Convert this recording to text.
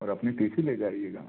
और अपनी T C ले जाइएगा